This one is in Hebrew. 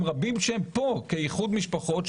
יש רבים שהם פה כאיחוד משפחות,